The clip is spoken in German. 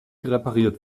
repariert